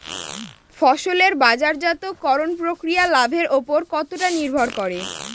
ফসলের বাজারজাত করণ প্রক্রিয়া লাভের উপর কতটা নির্ভর করে?